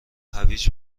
هویج